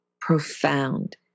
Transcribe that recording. profound